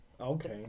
Okay